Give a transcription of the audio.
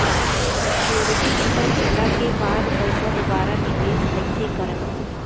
Maturity खतम होला के बाद पईसा दोबारा निवेश कइसे करेम?